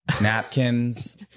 napkins